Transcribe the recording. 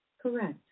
Correct